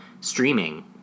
streaming